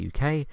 UK